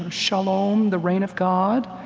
and shalom, the reign of god,